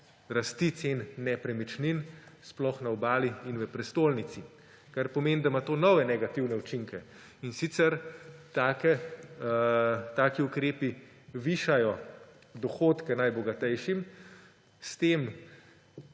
rasti cen nepremičnin, sploh na Obali in v prestolnici. Kar pomeni, da ima to nove negativne učinke, in sicer taki ukrepi višajo dohodke najbogatejšim, s tem